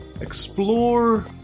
explore